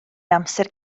amser